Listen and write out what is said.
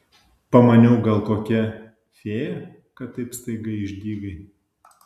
pamaniau gal kokia fėja kad taip staiga išdygai